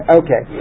okay